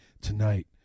tonight